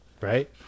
right